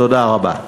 תודה רבה.